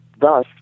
thus